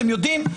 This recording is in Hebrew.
אתם יודעים,